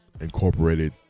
incorporated